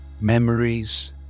memories